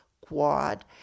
Quad